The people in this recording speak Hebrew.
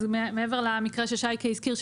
מעבר למקרה ששייקה הזכיר,